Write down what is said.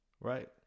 right